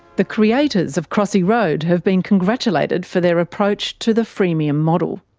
the creators of crossy road have been congratulated for their approach to the freemium model.